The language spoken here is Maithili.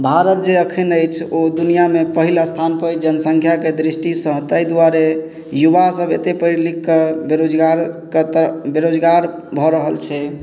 भारत जे अखन अछि ओ दुनियामे पहिल स्थान पर जनसङ्ख्याके दृष्टिसँ ताहि दुआरे युवा सभ एते पढ़ि लिखके बेरोजगार कऽ तर बेरोजगार भऽ रहल छै